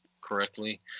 correctly